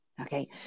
Okay